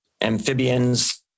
amphibians